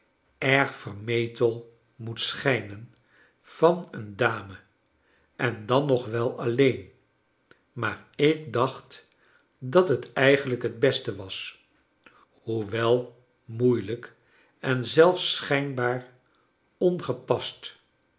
erg vercharles dickens metel moet schijnen van een dame en dan nog wel alleen maar ik dacht dat hot eigenlijk het beste was hoewel moeilijk en zelfs schijnbaar ongepast